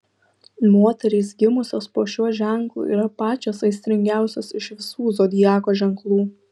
moterys gimusios po šiuo ženklu yra pačios aistringiausios iš visų zodiako ženklų